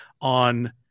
on